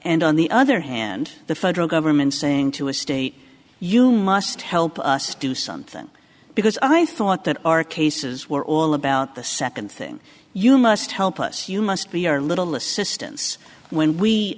and on the other hand the federal government saying to a state you must help us do something because i thought that our cases were all about the second thing you must help us you must be our little assistance when we